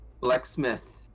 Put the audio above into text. blacksmith